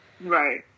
Right